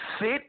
sit